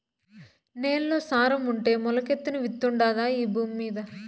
నేల్లో సారం ఉంటే మొలకెత్తని విత్తుండాదా ఈ భూమ్మీద